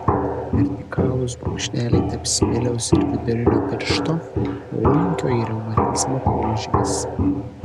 vertikalūs brūkšneliai tarp smiliaus ir vidurinio piršto polinkio į reumatizmą požymis